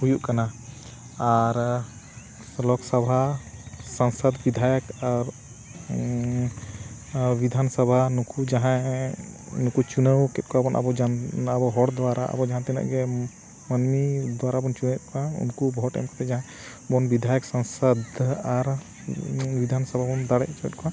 ᱦᱩᱭᱩᱜ ᱠᱟᱱᱟ ᱟᱨ ᱞᱚᱠ ᱥᱚᱵᱷᱟ ᱥᱚᱝᱥᱚᱫᱽ ᱵᱤᱫᱷᱟᱭᱚᱠ ᱟᱨ ᱵᱤᱫᱷᱟᱱ ᱥᱚᱵᱷᱟ ᱱᱩᱠᱩ ᱡᱟᱦᱟᱸᱭ ᱱᱩᱠᱩ ᱪᱩᱱᱟᱹᱣ ᱠᱮᱫ ᱠᱚᱣᱟ ᱵᱚᱱ ᱟᱵᱚ ᱟᱵᱚ ᱦᱚᱲᱟᱜ ᱟᱵᱚ ᱡᱟᱦᱟᱸ ᱛᱤᱱᱟᱹᱜ ᱜᱮ ᱢᱟᱹᱱᱢᱤ ᱫᱟᱨᱟ ᱵᱚᱱ ᱪᱩᱱᱟᱹᱣᱮᱫ ᱠᱚᱣᱟ ᱩᱱᱠᱩ ᱵᱷᱚᱴ ᱮᱢ ᱠᱟᱛᱮ ᱡᱟᱦᱟᱸ ᱵᱚᱱ ᱵᱤᱫᱷᱟᱭᱚᱠ ᱥᱟᱝᱥᱚᱫᱽ ᱟᱨ ᱵᱤᱫᱷᱟᱱ ᱥᱟᱵᱟ ᱵᱚᱱ ᱫᱟᱲᱮ ᱚᱪᱚᱭᱮᱫ ᱠᱚᱣᱟ